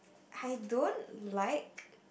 I don't like